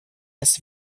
das